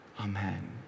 amen